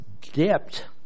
dipped